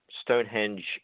Stonehenge